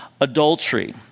adultery